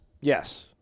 Yes